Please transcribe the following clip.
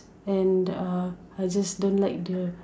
and uh I just don't like the